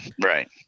Right